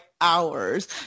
hours